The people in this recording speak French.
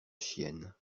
chienne